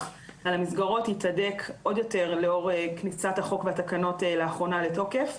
על המסגרות יתהדק עוד יותר לאור כניסת החוק והתקנות לאחרונה לתוקף.